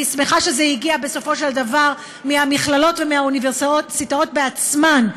אני שמחה שזה הגיע בסופו של דבר מהמכללות ומהאוניברסיטאות עצמן,